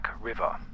river